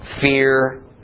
fear